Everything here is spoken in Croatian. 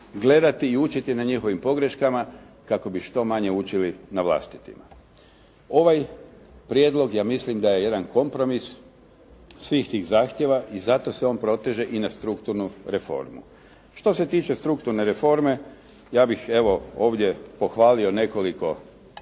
gledati i učiniti na njihovim pogreškama kako bi što manje učili na vlastitim. Ovaj prijedlog ja mislim da je jedan kompromis svih tih zahtjeva i zato se on proteže i na strukturnu reformu. Što se tiče strukturne reforme ja bih evo ovdje pohvalio nekoliko